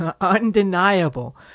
undeniable